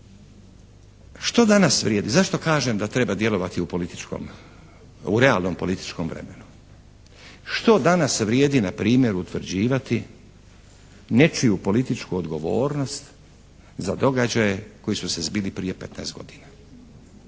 Što danas vrijedi? Zašto kažem da treba djelovati u političkom, u realnom političkom vremenu? Što danas vrijedi npr. utvrđivati nečiju političku odgovornost za događaje koji su se zbili prije 15 godina?